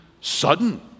sudden